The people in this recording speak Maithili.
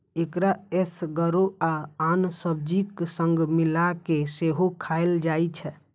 एकरा एसगरो आ आन सब्जीक संग मिलाय कें सेहो खाएल जाइ छै